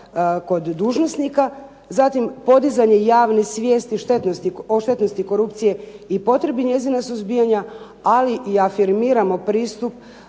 kod dužnosnika. Zatim, podizanje javne svijesti o štetnosti korupcije i potrebi njezina suzbijanja ali i afirmiramo pristup